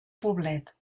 poblet